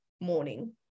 morning